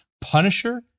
punisher